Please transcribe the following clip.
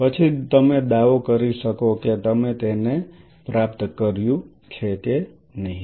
પછી જ તમે દાવો કરી શકશો કે તમે તેને પ્રાપ્ત કર્યું છે કે નહીં